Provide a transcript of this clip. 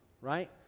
right